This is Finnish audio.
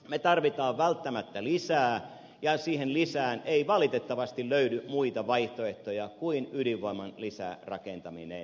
me tarvitsemme välttämättä lisää ja siihen lisään ei valitettavasti löydy muita vaihtoehtoja kuin ydinvoiman lisärakentaminen